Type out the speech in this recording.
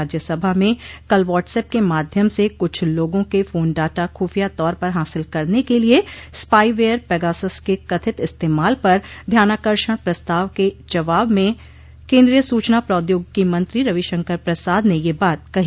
राज्यसभा में कल व्हाट्सएप के माध्यम से कुछ लोगों के फोन डाटा खुफिया तौर पर हासिल करने के लिए स्पाईवेयर पेगासस के कथित इस्तेमाल पर ध्यानाकर्षण प्रस्ताव के जवाब में केन्द्रीय सूचना प्रौद्योगिकी मंत्री रविशंकर प्रसाद ने यह बात कही